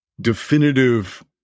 definitive